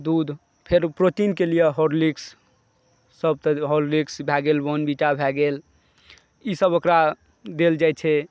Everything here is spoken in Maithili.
दूध फेर प्रोटीनकें लिए हॉर्लिक्ससभ तऽ हॉर्लिक्स भै गेल बॉर्नविटा भै गेल ईसभ ओकरा देल जाइत छै